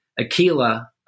Aquila